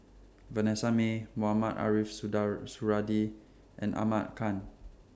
Vanessa Mae Mohamed Ariff Suradi and Ahmad Khan